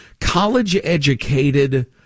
college-educated